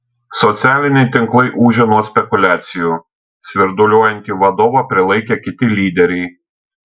socialiniai tinklai ūžia nuo spekuliacijų svirduliuojantį vadovą prilaikė kiti lyderiai